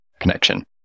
connection